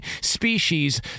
species